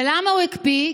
ולמה הוא הקפיא?